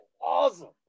Awesome